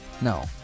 No